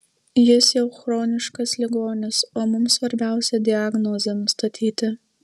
jis jau chroniškas ligonis o mums svarbiausia diagnozę nustatyti